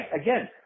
Again